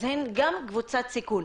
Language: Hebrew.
אז הן גם קבוצת סיכון.